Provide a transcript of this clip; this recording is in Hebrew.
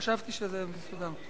סליחה, חשבתי שזה מתואם.